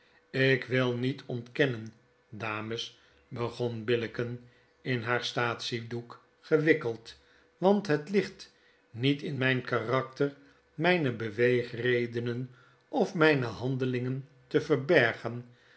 ik wil niet ontkennen dames begon billicken in haar statsiedoek gewikkeld want het ligt niet in myn karakter myne beweegredenen of myne handelingen te verbergen